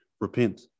repent